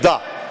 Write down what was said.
Da.